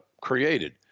created